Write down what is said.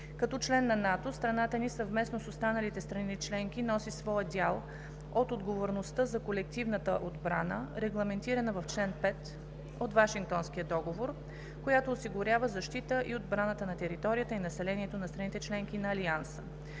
Като член на НАТО страната ни съвместно с останалите страни членки носи своя дял от отговорността за колективната отбрана, регламентирана в чл. 5 от Вашингтонския договор, която осигурява защитата и отбраната на територията и населението на страните – членки на Алианса.